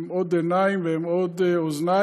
הם עוד עיניים והם עוד אוזניים,